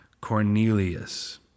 Cornelius